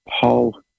Paul